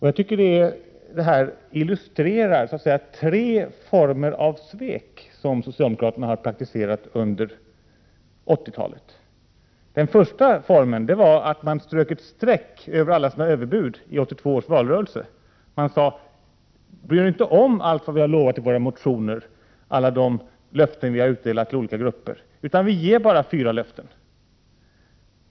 Jag tycker att det här illustrerar tre former av svek som socialdemokraterna har praktiserat under 80-talet. Den första formen var att de strök ett streck ur alla sina överbud i 1982 års valrörelse. De sade: Bry er inte om allt som vi har lovat i våra motioner, alla de löften som vi har utdelat till olika grupper! Vi ger bara fyra löften.